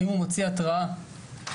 האם הוא מוציא התראה בנושא,